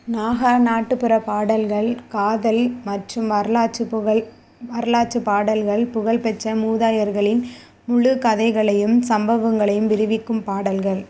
நாகா நாட்டுப்புறப் பாடல்கள் காதல் மற்றும் வரலாற்றுப் புகழ் வரலாற்றுப் பாடல்கள் புகழ் பெற்ற மூதாதையர்களின் முழுக் கதைகளையும் சம்பவங்களையும் விரிவிக்கும் பாடல்கள்